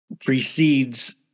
precedes